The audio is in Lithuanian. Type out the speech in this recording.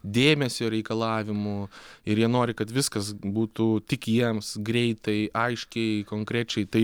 dėmesio reikalavimų ir jie nori kad viskas būtų tik jiems greitai aiškiai konkrečiai tai